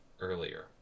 earlier